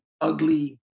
ugly